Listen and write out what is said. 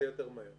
זה יהיה יותר מהר.